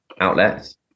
outlets